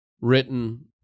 written